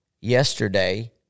yesterday